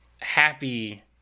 happy